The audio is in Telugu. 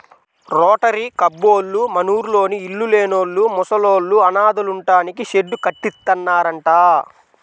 రోటరీ కబ్బోళ్ళు మనూర్లోని ఇళ్ళు లేనోళ్ళు, ముసలోళ్ళు, అనాథలుంటానికి షెడ్డు కట్టిత్తన్నారంట